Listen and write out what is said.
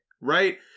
Right